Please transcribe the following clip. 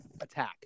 attack